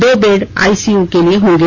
दो bed ICU के लिए होंगे